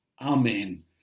Amen